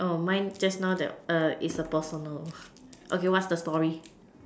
oh mine just now that is the personal okay what's the story